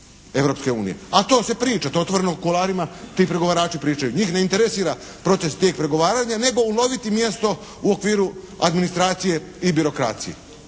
Europske unije. A to se priča, to otvoreno u kuloarima ti pregovarači pričaju. Njih ne interesira proces, tijek pregovaranja nego uloviti mjesto u okviru administracije i birokracije.